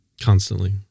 Constantly